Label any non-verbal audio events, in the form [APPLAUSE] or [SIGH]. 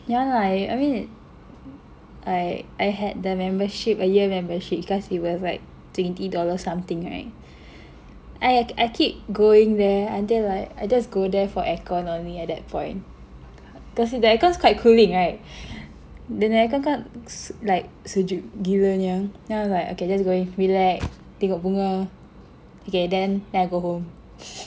yeah lah I mean like I had the membership a year membership because it was like twenty dollar something right I I keep going there until like I just go there for aircon only at that point because the aircon was quite cooling right dia punya aircon kan like sejuk gila nya then I was like okay let's go in relax tengok bunga okay then then I go home [LAUGHS]